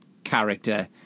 Character